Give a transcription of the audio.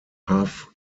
huff